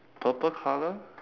purple colour